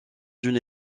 d’une